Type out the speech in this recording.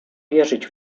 wierzyć